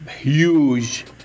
huge